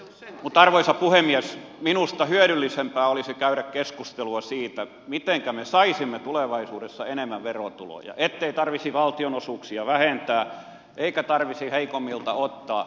mutta arvoisa puhemies minusta hyödyllisempää olisi käydä keskustelua siitä mitenkä me saisimme tulevaisuudessa enemmän verotuloja ettei tarvitsisi valtionosuuksia vähentää eikä tarvitsisi heikommilta ottaa